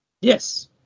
Yes